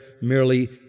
merely